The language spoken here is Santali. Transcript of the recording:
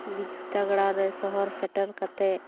ᱵᱤᱫᱽᱫᱟᱹᱜᱟᱲ ᱨᱮ ᱥᱚᱦᱚᱨ ᱥᱮᱴᱮᱨ ᱠᱟᱛᱮᱫ